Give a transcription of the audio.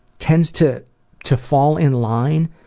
tends to to fall in line